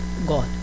God